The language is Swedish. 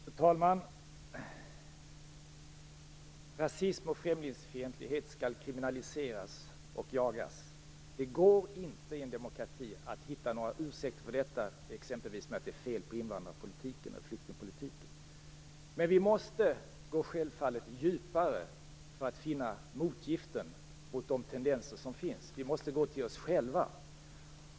Fru talman! Rasism och främlingsfientlighet skall kriminaliseras och jagas. Det går inte att i en demokrati hitta några ursäkter, t.ex. att det är fel på invandrar och flyktingpolitiken. Men vi måste självfallet gå djupare för att finna motgifter mot de tendenser som finns. Vi måste gå till oss själva.